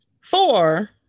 four